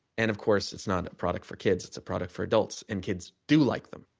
and of course it's not a product for kids, it's a product for adults, and kids do like them.